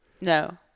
No